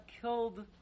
killed